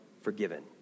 forgiven